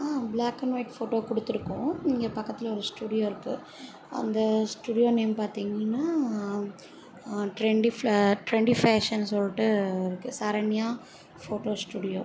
black and white photo கொடுத்துருக்கோம் இங்கே பக்கத்தில் ஒரு ஸ்டுடியோ இருக்குது அந்த ஸ்டுடியோ நேம் பார்த்திங்கன்னா ட்ரென்டி ஃப்ளார் ட்ரென்டி ஃபேஷன் சொல்லிடு இருக்குது சரண்யா ஃபோட்டோ ஸ்டுடியோ